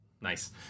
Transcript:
nice